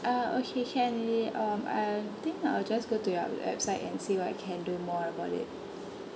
uh okay can they um I think I'll just go to your website and see what I can do more about it